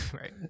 Right